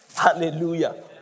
Hallelujah